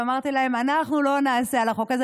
ואמרתי להם: אנחנו לא נעשה על החוק הזה.